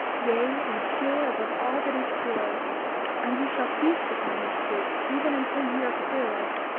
yea, and pure above all that is pure and ye shall feast upon this fruit even until ye are filled,